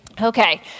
Okay